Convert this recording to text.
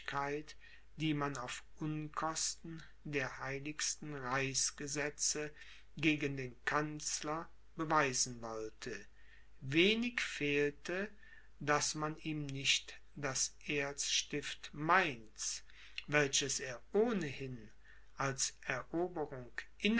die man auf unkosten der heiligsten reichsgesetze gegen den kanzler beweisen wollte wenig fehlte daß man ihm nicht das erzstift mainz welches er ohnehin als eroberung